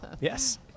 Yes